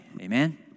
Amen